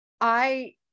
I-